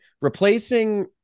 Replacing